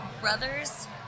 brothers